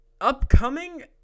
Upcoming